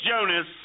Jonas